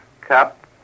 cup